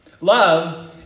Love